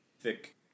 thick